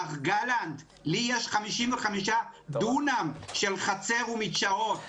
מר גלנט, לי יש 55 דונם של חצר ומדשאות.